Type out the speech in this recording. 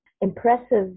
impressive